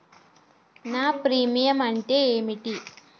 నా ప్రీమియం అంటే ఏమిటి?